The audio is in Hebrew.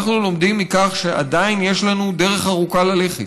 אנחנו לומדים מכך שעדיין יש לנו דרך ארוכה ללכת.